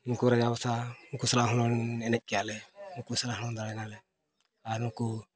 ᱱᱩᱠᱩ ᱨᱟᱡᱟ ᱵᱟᱥᱟ ᱩᱱᱠᱩ ᱥᱟᱞᱟᱜ ᱦᱚᱸ ᱮᱱᱮᱡ ᱠᱮᱜᱼᱟ ᱞᱮ ᱩᱱᱠᱩ ᱥᱟᱞᱟᱜ ᱦᱚᱸ ᱫᱟᱲᱮᱭ ᱱᱟᱞᱮ ᱟᱨ ᱱᱩᱠᱩ